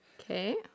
Okay